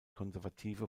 konservative